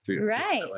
Right